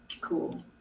Cool